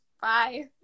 bye